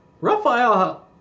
Raphael